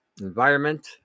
environment